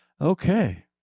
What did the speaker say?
Okay